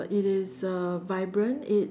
it is uh vibrant it